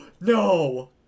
no